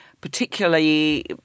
particularly